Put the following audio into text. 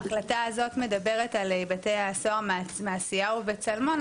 ההחלטה הזאת מדברת על בתי הסוהר מעשיהו וצלמון.